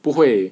不会